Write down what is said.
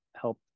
help